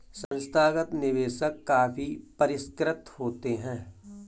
संस्थागत निवेशक काफी परिष्कृत प्रतीत होते हैं